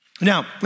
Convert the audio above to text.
Now